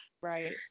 Right